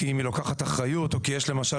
כי אם היא לוקחת אחריות או כי יש למשל